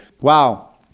Wow